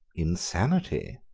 insanity?